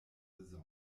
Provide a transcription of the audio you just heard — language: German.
saison